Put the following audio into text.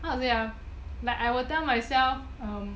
how to say ah like I will tell myself um